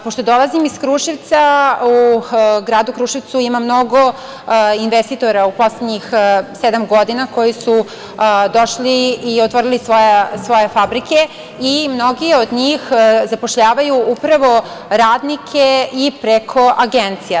Pošto dolazim iz Kruševca, u gradu Kruševcu ima mnogo investitora u poslednjih sedam godina koji su došli i otvorili svoje fabrike i mnogi od njih zapošljavaju, upravo radnike i preko agencija.